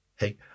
Hey